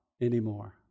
anymore